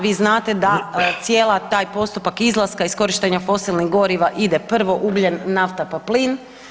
Vi znate da cijeli taj postupak izlaska iskorištenja fosilnih goriva ide prvo ugljen, nafta pa plin.